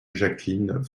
jacqueline